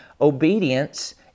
obedience